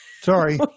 Sorry